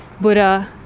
Buddha